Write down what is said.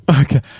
Okay